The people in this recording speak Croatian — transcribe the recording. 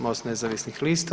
MOST nezavisnih lista.